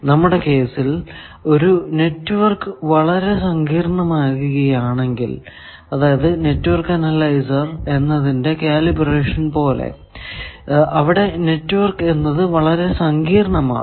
നമ്മുടെ കേസിൽ ഒരു നെറ്റ്വർക്ക് വളരെ സങ്കീർണമാകുകയാണെങ്കിൽ അതായത് നെറ്റ്വർക്ക് അനലൈസർ എന്നതിന്റെ കാലിബ്രേഷൻ പോലെ അവിടെ നെറ്റ്വർക്ക് എന്നത് വളരെ സങ്കീർണമാണ്